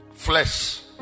Flesh